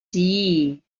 die